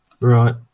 Right